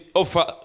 offer